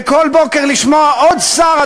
וכל בוקר לשמוע עוד שר,